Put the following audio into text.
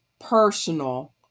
personal